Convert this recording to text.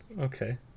Okay